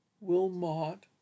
Wilmot